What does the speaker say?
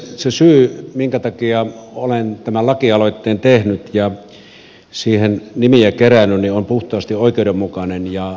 se syy minkä takia olen tämän lakialoitteen tehnyt ja siihen nimiä kerännyt on puhtaasti oikeudenmukaisuus